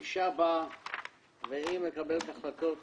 אישה באה והיא מקבלת החלטות